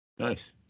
Nice